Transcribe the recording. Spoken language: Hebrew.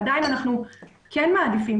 עדיין אנחנו כן מעדיפים,